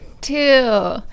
two